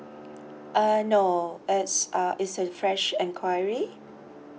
uh no it's uh it's a fresh enquiry